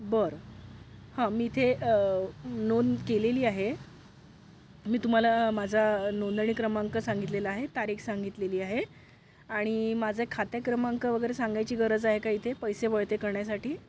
बरं हं मी इथे नोंद केलेली आहे मी तुम्हाला माझा नोंदणी क्रमांक सांगितलेला आहे तारीख सांगितलेली आहे आणि माझे खाते क्रमांक वगैरे सांगायची गरज आहे का इथे पैसे वळते करण्यासाठी